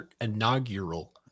inaugural